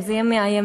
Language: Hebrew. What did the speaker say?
אם זה יהיה מהימין.